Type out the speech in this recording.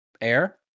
air